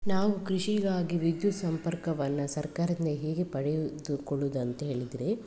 ನಾವು ಕೃಷಿಗಾಗಿ ವಿದ್ಯುತ್ ಸಂಪರ್ಕವನ್ನು ಸರ್ಕಾರದಿಂದ ಹೇಗೆ ಪಡೆಯುವುದುಕೊಳ್ಳುವುದು ಅಂತ ಹೇಳಿದರೆ